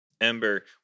ember